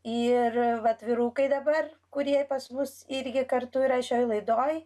ir vat vyrukai dabar kurie pas mus irgi kartu yra šioj laidoj